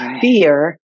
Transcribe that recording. fear